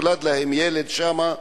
נולד להם ילד שם,